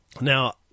Now